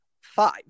five